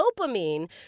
dopamine